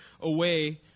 away